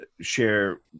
share